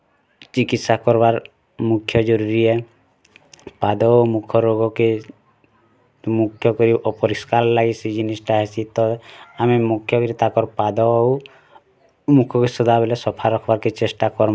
ଚିକିତ୍ସା କର୍ବାର୍ ମୁଖ୍ୟ ଜରୁରୀ ହେ ପାଦ ମୁଖ ରୋଗକେ ମୁକ୍ତ କରି ଅପରିଷ୍କାର ଲାଗି ସେ ଜିନିଷ୍ଟା ହେସି ତ ଆମେ ମୁଖ୍ୟ କରି ତାକର୍ ପାଦ ଆଉ ମୁଖର ସଦାବେଲେ ସଫା ରଖ୍ବାକେ ଚେଷ୍ଟା କର୍ମା